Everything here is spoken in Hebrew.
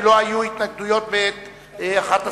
כי לא היו התנגדויות מאחת הסיעות.